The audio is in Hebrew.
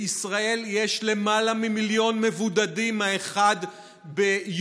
בישראל יש למעלה ממיליון מבודדים, 1 ביולי.